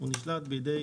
הוא נשלט בידי